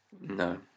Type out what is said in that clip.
No